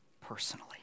personally